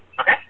Okay